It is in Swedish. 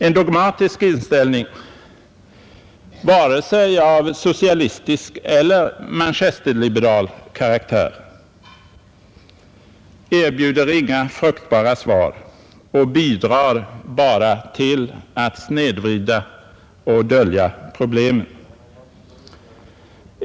En dogmatisk inställning, vare sig av socialistisk eller manchesterliberal karaktär, erbjuder inga fruktbara svar och bidrar bara till att snedvrida och dölja problemen.